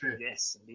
yes